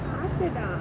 ஆசதா:aasathaa